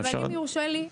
אבל אם יורשה לי,